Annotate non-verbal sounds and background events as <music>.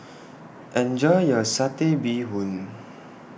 Enjoy your Satay Bee Hoon <noise>